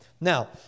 Now